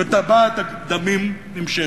וטבעת הדמים נמשכת.